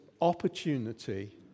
opportunity